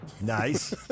Nice